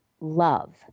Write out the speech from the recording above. love